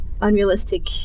unrealistic